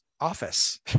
office